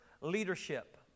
leadership